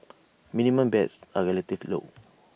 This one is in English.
minimum bets are relatively low